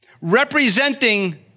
representing